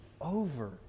over